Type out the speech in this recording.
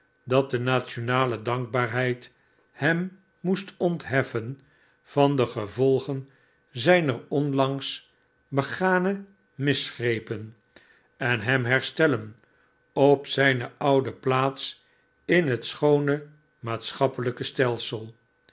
datde nationale dankbaarheid hem moest ontheften van de gevolgen zijner onlangs begane misgrepen en hem herstellen op zijne oude plaats in het schoone maatschappelijke stelsel